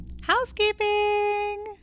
Housekeeping